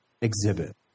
exhibit